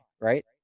right